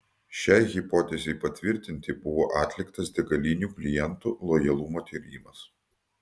šiai hipotezei patvirtinti buvo atliktas degalinių klientų lojalumo tyrimas